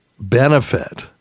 benefit